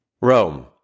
Rome